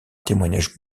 témoignage